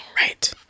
right